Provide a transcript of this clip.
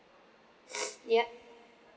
yup